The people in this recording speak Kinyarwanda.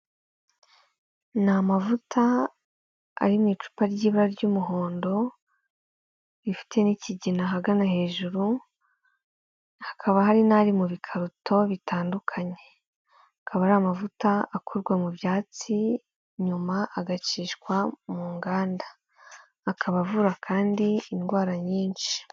Ni amavuta ari mu icupa ry'ibara ry'umuhondo, rifite n'ikigina ahagana hejuru, hakaba hari n'ari mu bikaruto bitandukanye. Akaba ari amavuta akorwa mu byatsi, nyuma agacishwa mu nganda. Akaba avura kandi, indwara nyinshi.